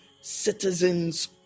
citizens